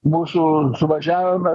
mūsų suvažiavime